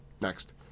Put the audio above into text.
Next